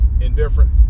indifferent